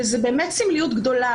וזה באמת סמליות גדולה,